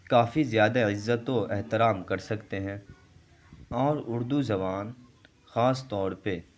کافی زیادہ عزت و احترام کر سکتے ہیں اور اردو زبان خاص طور پہ